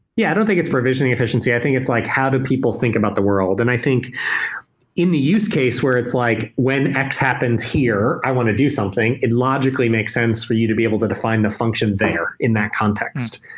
yeah, i don't think it's provisioning efficiency. i think it's like how do people think about the world. and i think in the use case where it's like, when x happens here, i want to do something. it logically makes sense for you to be able to define the function there in that context.